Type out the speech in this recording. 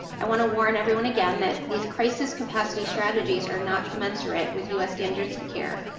i want to warn everyone again that these crisis capacity strategies are not commensurate with us standards of care,